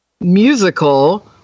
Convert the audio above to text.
Musical